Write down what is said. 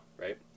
right